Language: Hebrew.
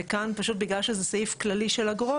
וכאן פשוט בגלל שזה סעיף כללי של אגרות